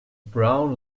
brown